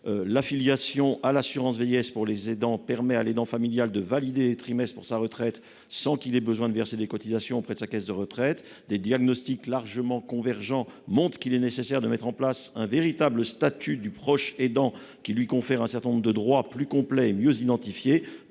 L'affiliation à l'assurance vieillesse pour les aidants permet à l'aidant familial de valider des trimestres pour sa retraite sans qu'il ait besoin de verser des cotisations auprès de sa caisse de retraite. Des diagnostics largement convergents montrent qu'il est nécessaire de mettre en place un véritable statut du proche aidant, qui lui confère un certain nombre de droits, plus complets et mieux identifiés,